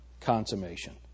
consummation